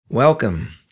Welcome